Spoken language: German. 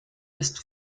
ist